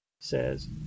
says